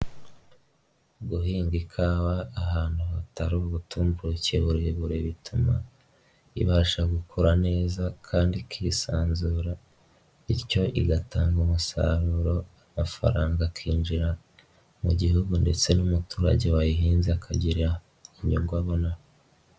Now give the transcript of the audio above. Guhinga ikawa ahantu hatari ubutumburuke burebure bituma ibasha gukura neza kandi ikisanzura, bityo igatanga umusaruro amafaranga akinjira mu gihugu ndetse n'umuturage wayihinze akagera inyungu abonamo.